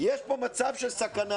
יש פה מצב של סכנה.